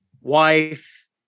wife